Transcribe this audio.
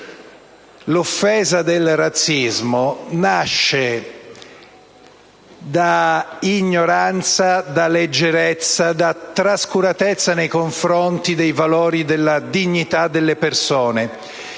l'offesa del razzismo nasce da ignoranza, leggerezza e trascuratezza nei confronti dei valori e della dignità delle persone.